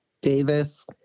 Davis